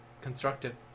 Constructive